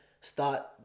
start